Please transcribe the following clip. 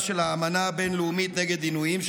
של האמנה הבין-לאומית נגד עינויים,